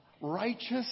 righteous